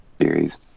series